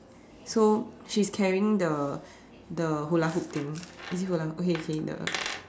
so she's carrying the the Hula hoop thing is it hula okay okay the